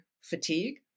fatigue